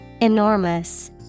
Enormous